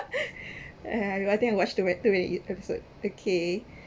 ya I think I watch too ma~ too many episode okay